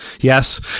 Yes